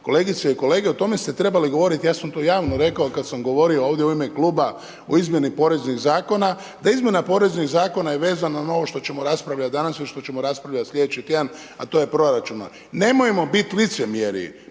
kolegice i kolege, o tome ste trebali govoriti, ja sam to javno rekao i kada sam govorio ovdje u ime kluba o Izmjeni poreznih zakona da Izmjena poreznih zakona je vezana na ovo što ćemo raspravljati danas i što ćemo raspravljati sljedeći tjedan a to je proračuna. Nemojmo biti licemjeri,